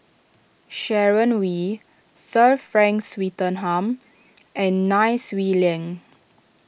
Sharon Wee Sir Frank Swettenham and Nai Swee Leng